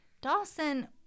Dawson